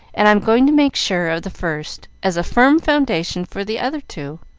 and i am going to make sure of the first, as a firm foundation for the other two.